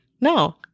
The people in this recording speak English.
No